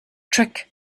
trick